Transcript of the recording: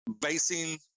basing